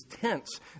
tents